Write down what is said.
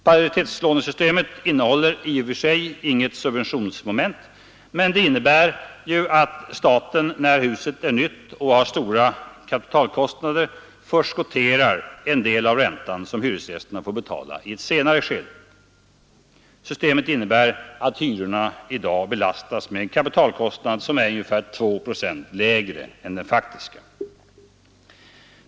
Paritetslånesystemet innehåller i och för sig inget subventionsmoment, men det innebär att staten när huset är nytt och har stora kapitalkostnader ”förskotterar” en del av räntan, som hyresgästerna får betala i ett senare skede. Systemet innebär att hyrorna i dag belastas med en kapitalkostnad som är ungefär 2 procent lägre än den faktiska.